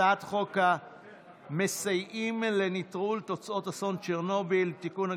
הצעת חוק המסייעים לנטרול תוצאות אסון צ'רנוביל (תיקון,